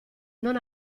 non